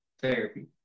therapy